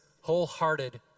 wholehearted